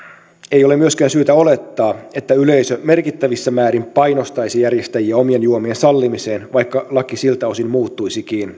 ei ole myöskään syytä olettaa että yleisö merkittävissä määrin painostaisi järjestäjiä omien juomien sallimiseen vaikka laki siltä osin muuttuisikin